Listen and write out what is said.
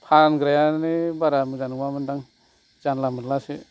फानग्रा आनो बारा मेजां नङा मोन दां जानला मोनलासो